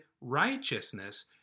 righteousness